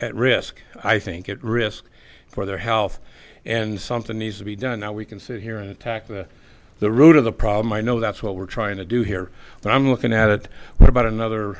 at risk i think at risk for their health and something needs to be done now we can sit here and attack that the root of the problem i know that's what we're trying to do here and i'm looking at it what about another